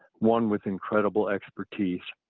one with incredible expertise.